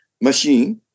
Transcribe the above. machine